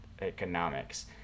economics